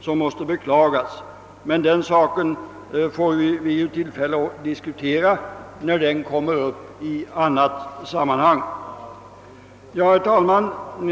som måste beklagas. Den saken får vi väl tillfälle att diskutera när den kommer upp i annat sammanhang. Herr talman!